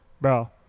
bro